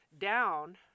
down